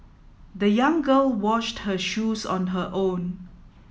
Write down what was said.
the young girl washed her shoes on her own